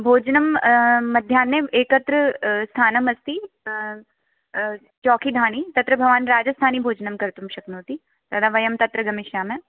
भोजनं मध्याह्ने एकत्र स्थानमस्ति चौकिधाणि तत्र भवान् राजस्थानिभोजनं कर्तुं शक्नोति तदा वयं तत्र गमिष्यामः